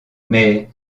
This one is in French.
mais